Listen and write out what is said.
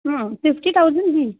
fifty thousand the